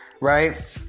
right